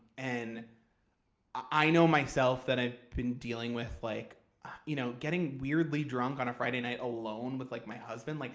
and i know, myself, that i've been dealing with like you know getting weirdly drunk on a friday night alone with like my husband, like